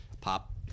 Pop